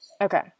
Okay